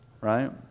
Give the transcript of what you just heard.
right